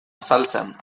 azaltzen